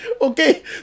Okay